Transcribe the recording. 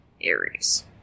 aries